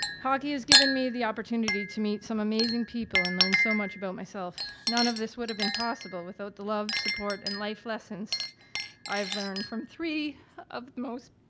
hockey has given me the opportunity to meet some amazing people and learn so much about myself, none of this would have been possible without the love, support and life lessons i have learned from three of the most.